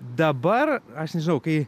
dabar aš nežinau kai